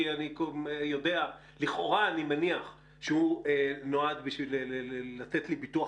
כי לכאורה אני מניח שהוא נועד בשביל לתת לי ביטוח